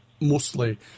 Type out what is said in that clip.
mostly